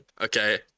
Okay